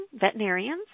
veterinarians